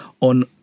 on